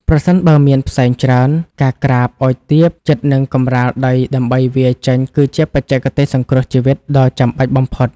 ប្រសិនបើមានផ្សែងច្រើន ការក្រាបឱ្យទាបជិតនឹងកម្រាលដីដើម្បីវារចេញ គឺជាបច្ចេកទេសសង្គ្រោះជីវិតដ៏ចាំបាច់បំផុត។